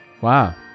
Wow